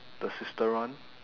the sister one